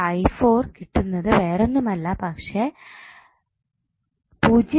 എന്നിട്ട് കിട്ടുന്നത് വേറൊന്നുമല്ല പക്ഷെ ആംപിയർ ആണ്